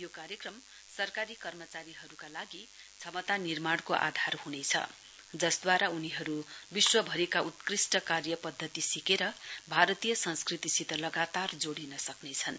यो कार्यक्रम सरकारी कर्मचारीहरूका लागि क्षमता निर्माणको आधार हुनेछ जसद्वारा उनीहरू विश्वभरिका उत्कृष्ट कार्य पद्धति सिकेर भारतीय संस्कृतिसित लगातार जोडिन सक्नेछन्